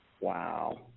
Wow